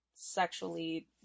sexually